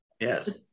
Yes